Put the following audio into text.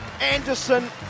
Anderson